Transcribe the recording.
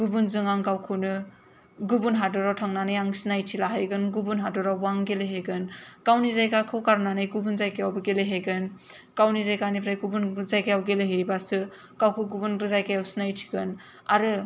गुबुनजों आं गावखौनो गुबुन हादराव थांनानै आं सिनायथि लाहैगोन गुबुन हादरावबो आं गेलेहैगोन गावनि जायगाखौ गारनानै गुबुन जायगायावबो गेलेहैगोन गावनि जायगानिफ्राय गुबुन गुबुन जायगायाव गेलेहैबासो गावखौ गुबुन गुबुन जायगायाव सिनायथिखौ होगोन आरो